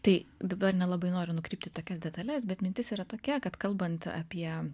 tai dabar nelabai noriu nukrypt į tokias detales bet mintis yra tokia kad kalbant apie